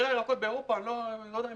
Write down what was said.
מחירי הירקות באירופה אני לא יודע אם